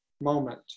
moment